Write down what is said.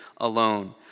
alone